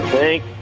Thank